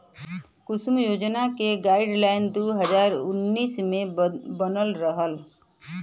कुसुम योजना क गाइडलाइन दू हज़ार उन्नीस मे बनल रहल